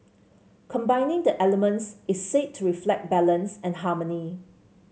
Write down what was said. combining the elements is said to reflect balance and harmony